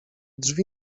drzwi